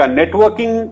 networking